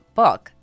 book